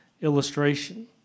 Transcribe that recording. illustration